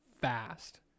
fast